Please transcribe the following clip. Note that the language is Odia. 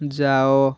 ଯାଅ